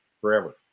forever